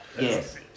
Yes